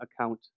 account